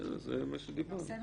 בסדר, זה מה שדיברנו.